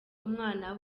umwana